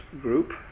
group